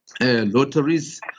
lotteries